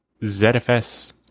ZFS